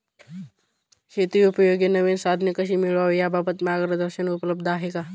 शेतीउपयोगी नवीन साधने कशी मिळवावी याबाबत मार्गदर्शन उपलब्ध आहे का?